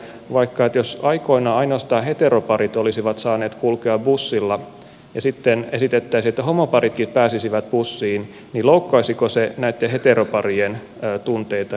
jos vaikka aikoinaan ainoastaan heteroparit olisivat saaneet kulkea bussilla ja sitten esitettäisiin että homoparitkin pääsisivät bussiin niin loukkaisiko se näitten heteroparien tunteita ja oikeuksia